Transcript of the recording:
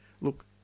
look